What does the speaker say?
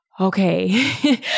okay